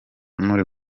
muri